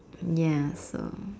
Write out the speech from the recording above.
ya so